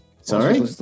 Sorry